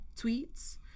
tweets